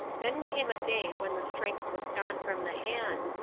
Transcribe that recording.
then came a day when the strength was gone from the hand,